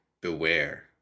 beware